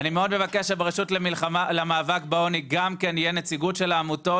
אני מאוד מבקש שברשות למאבק בעוני גם תהיה נציגות של העמותות,